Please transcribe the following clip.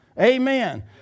Amen